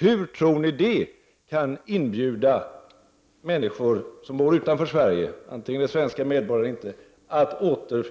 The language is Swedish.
Hur tror ni det kan inbjuda människor som bor utanför Sverige, vare sig de är svenska medborgare eller inte,